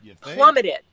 Plummeted